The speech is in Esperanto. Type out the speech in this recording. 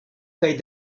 kaj